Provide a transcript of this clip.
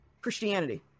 Christianity